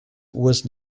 was